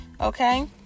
Okay